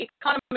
economy